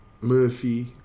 Murphy